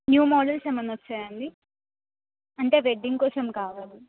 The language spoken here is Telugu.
న్యూ మోడల్స్ ఏమన్నా వచ్చాయండి అంటే వెడ్డింగ్ కోసం కావాలి